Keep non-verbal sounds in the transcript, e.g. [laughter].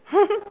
[laughs]